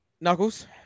Knuckles